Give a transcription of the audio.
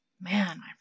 man